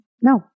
no